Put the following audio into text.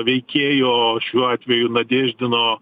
veikėjo šiuo atveju nadėždino